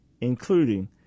including